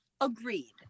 Agreed